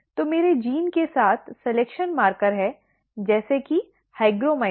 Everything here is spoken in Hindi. तो मेरे जीन के साथ सलिक्शन मार्कर है जैसे कि हाइग्रोमाइसिन